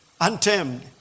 Untamed